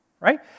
right